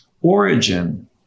origin